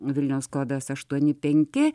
vilniaus kodas aštuoni penki